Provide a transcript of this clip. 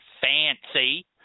fancy